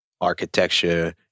Architecture